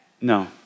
no